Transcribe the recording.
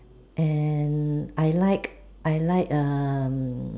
and I like I like um